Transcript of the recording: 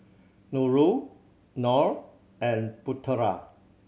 Nurul Nor and Putera